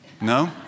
No